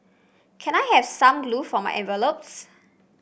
can I have some glue for my envelopes